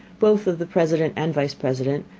both of the president and vice president,